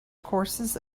courses